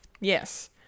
Yes